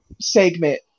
segment